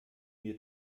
mir